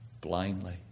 blindly